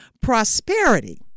prosperity